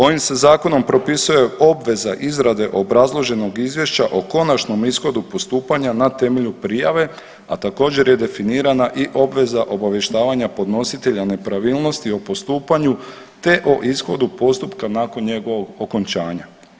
Ovim se zakonom propisuje obveza izrade obrazloženog izvješća o konačnom ishodu postupanja na temelju prijave, a također je definirana i obveza obavještavanja podnositelja nepravilnosti o postupanju, te o ishodu postupka nakon njegovog okončanja.